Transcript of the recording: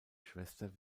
schwester